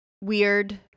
Weird